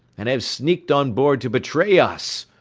and have sneaked on board to betray us!